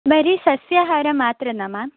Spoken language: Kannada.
ಬರೀ ಸಸ್ಯಾಹಾರ ಮಾತ್ರನಾ ಮ್ಯಾಮ್